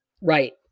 right